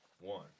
One